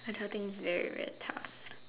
I don't think it's very very tough